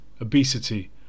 obesity